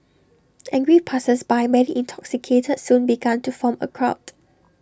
angry passersby many intoxicated soon become to form A crowd